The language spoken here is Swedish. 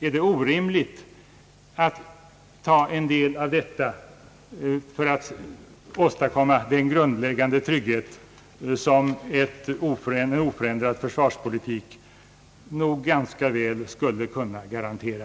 Vore det orimligt att ta en del härav för att åstadkomma den grundläggande trygghet, som en oförändrad försvarspolitik ganska väl skulle kunna garantera?